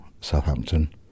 Southampton